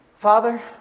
Father